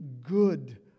good